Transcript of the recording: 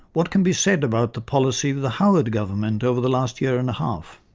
what can be said about the policy of the howard government over the last year and a half?